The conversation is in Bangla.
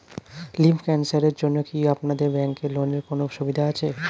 লিম্ফ ক্যানসারের জন্য কি আপনাদের ব্যঙ্কে লোনের কোনও সুবিধা আছে?